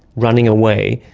running away,